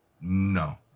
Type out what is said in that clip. No